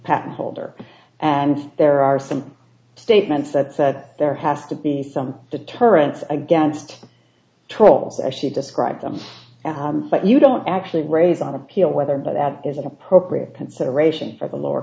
patent holder and there are some statements that said there has to be some deterrents against trolls actually describe them but you don't actually raise on appeal whether that is an appropriate consideration for the lower